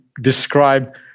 describe